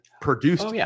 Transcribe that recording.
produced